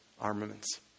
armaments